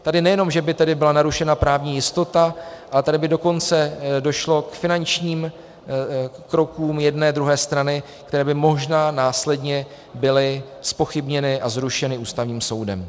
Tady nejenom že by tedy byla narušena právní jistota, ale tady by dokonce došlo k finančním krokům jedné, druhé strany, které by možná následně byly zpochybněny a zrušeny Ústavním soudem.